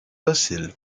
docile